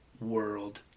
world